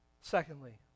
Secondly